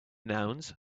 nouns